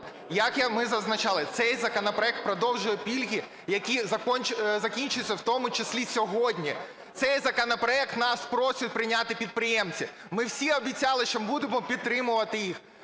Як ми зазначали, цей законопроект продовжує пільги, які закінчаться в тому числі сьогодні. Цей законопроект нас просять прийняти підприємці. Ми всі обіцяли, що будемо підтримувати їх.